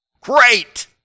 Great